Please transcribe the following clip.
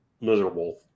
miserable